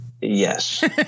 Yes